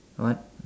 what